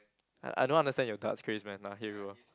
I I don't understand your darts craze man nah here you go